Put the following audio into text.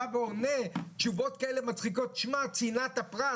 עונה תשובות כאלה מצחיקות: שמע, צנעת הפרט.